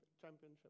championship